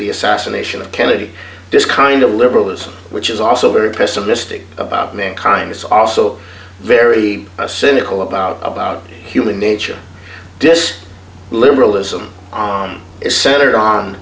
the assassination of kennedy this kind of liberalism which is also very pessimistic about mankind is also very cynical about about human nature this liberalism on is centered on